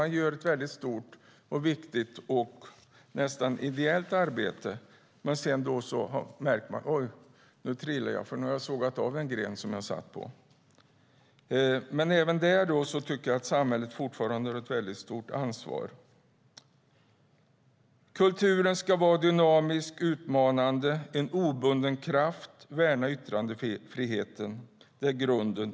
De gör något stort och viktigt, ett nästan ideellt arbete, men sedan trillar de därför att de har sågat av den gren de satt på. Även där har samhället fortfarande ett stort ansvar. Kulturen ska vara dynamisk, utmanande, en obunden kraft och värna yttrandefriheten. Det är grunden.